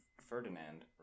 Ferdinand